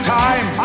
time